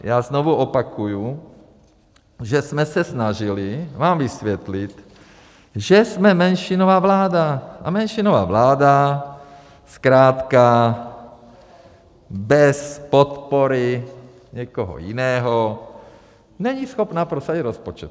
Já znovu opakuju, že jsme se snažili vám vysvětlit, že jsme menšinová vláda a menšinová vláda zkrátka bez podpory někoho jiného není schopna prosadit rozpočet.